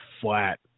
flat